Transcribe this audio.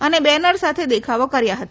અને બેનર સાથે દેખાવો કર્યા હતા